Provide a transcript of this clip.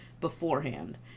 beforehand